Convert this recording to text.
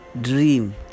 dream